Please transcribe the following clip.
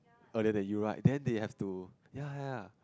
earlier than you right then they have to ya ya